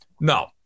No